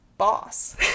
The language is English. boss